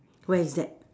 where is that